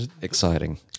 exciting